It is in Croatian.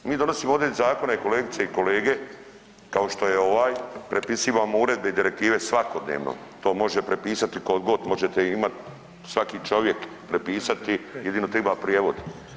Mi donosimo ovdje zakone kolegice i kolege, kao što je ovaj, prepisivamo uredbe i direktive svakodnevno to može prepisati tko god, možete imat, svaki čovjek prepisati jedino triba prijevod.